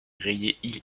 rayée